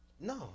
No